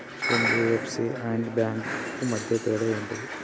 NBFC and banks కు మధ్య తేడా ఏంటిది?